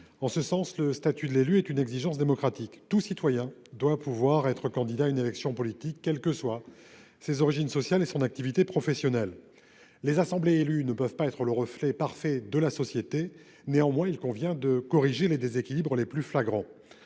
En ce sens, le statut de l'élu est une exigence démocratique : tout citoyen doit pouvoir être candidat à une élection politique, quelles que soient ses origines sociales et son activité professionnelle. Les assemblées élues ne peuvent être le miroir parfait de la société ; néanmoins, il convient de corriger les déséquilibres les plus flagrants.